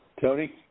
Tony